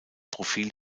profil